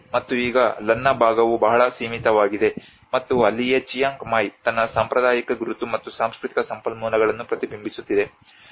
ಮತ್ತು ಈಗ ಲನ್ನಾ ಭಾಗವು ಬಹಳ ಸೀಮಿತವಾಗಿದೆ ಮತ್ತು ಅಲ್ಲಿಯೇ ಚಿಯಾಂಗ್ ಮಾಯ್ ತನ್ನ ಸಾಂಪ್ರದಾಯಿಕ ಗುರುತು ಮತ್ತು ಸಾಂಸ್ಕೃತಿಕ ಸಂಪನ್ಮೂಲಗಳನ್ನು ಪ್ರತಿಬಿಂಬಿಸುತ್ತಿದೆ